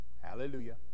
Hallelujah